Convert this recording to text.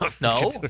No